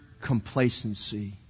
complacency